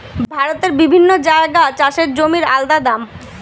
ভারতের বিভিন্ন জাগায় চাষের জমির আলদা দাম